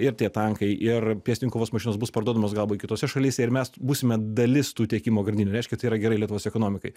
ir tie tankai ir pėstininkų kovos mašinos bus parduodamos galbūt kitose šalyse ir mes būsime dalis tų tiekimo grandinių reiškia tai yra gerai lietuvos ekonomikai